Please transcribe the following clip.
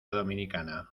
dominicana